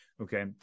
Okay